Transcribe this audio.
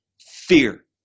fear